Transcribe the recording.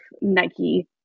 Nike